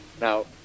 Now